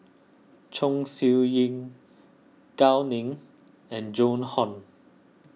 Chong Siew Ying Gao Ning and Joan Hon